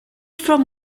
from